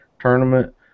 tournament